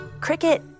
Cricket